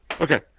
okay